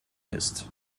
ist